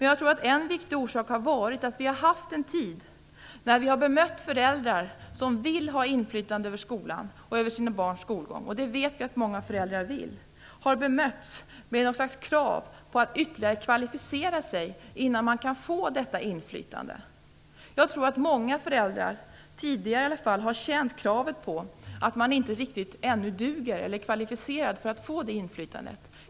Jag tror att en viktig orsak har varit att föräldrar som vill ha inflytande över skolan och över sina barns skolgång - och det vet vi att många föräldrar vill - under en tid har bemötts med något slags krav på att de ytterligare måste kvalificera sig innan de kan få detta inflytande. Jag tror att många föräldrar, i varje fall tidigare, har känt att de inte riktigt duger eller är tillräckligt kvalificerade för att få det inflytandet.